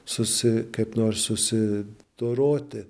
susi kaip nors susidoroti